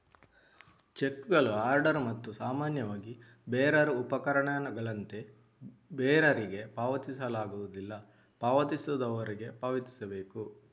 ಚೆಕ್ಕುಗಳು ಆರ್ಡರ್ ಮತ್ತು ಸಾಮಾನ್ಯವಾಗಿ ಬೇರರ್ ಉಪಪಕರಣಗಳಂತೆ ಬೇರರಿಗೆ ಪಾವತಿಸಲಾಗುವುದಿಲ್ಲ, ಪಾವತಿಸುವವರಿಗೆ ಪಾವತಿಸಬೇಕು